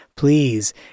Please